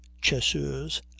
chasseurs